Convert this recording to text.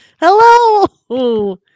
hello